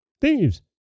Thieves